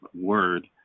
word